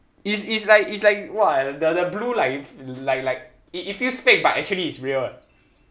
it's it's like it's !wah! the the blue like like it it feels fake but actually it's real eh